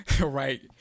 Right